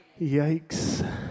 yikes